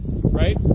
Right